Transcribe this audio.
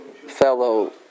fellow